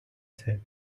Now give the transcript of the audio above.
said